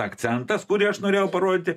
akcentas kurį aš norėjau parodyti